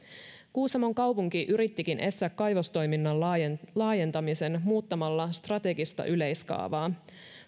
kuusamon kaupunki yrittikin estää kaivostoiminnan laajentamisen muuttamalla strategista yleiskaavaa